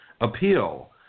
appeal